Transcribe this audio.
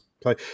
play